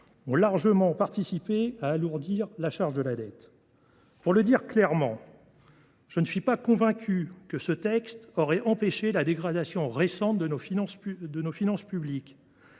ont largement contribué à alourdir la charge de la dette. Pour le dire clairement, je ne suis pas convaincu que ce texte aurait empêché la dégradation récente de nos finances publiques.